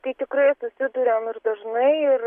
tai tikrai susiduriam ir dažnai ir